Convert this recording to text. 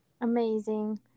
Amazing